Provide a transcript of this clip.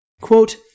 Quote